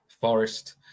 Forest